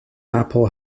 apple